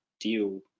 deal